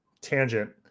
tangent